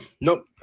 Nope